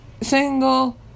single